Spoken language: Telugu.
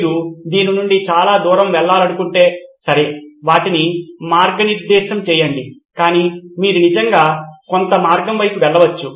మీరు దీని నుండి చాలా దూరం వెళ్లకూడదనుకుంటే సరే వాటిని మార్గనిర్దేశం చేయండి కాని మీరు నిజంగా కొంత మార్గం వైపు వెళ్ళవచ్చు